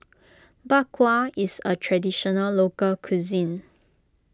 Bak Kwa is a Traditional Local Cuisine